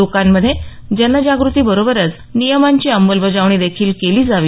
लोकांमध्ये जनजागृती बरोबरच नियमांची अंमलबजावणी देखील केली जावी